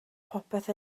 popeth